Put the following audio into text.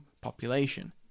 population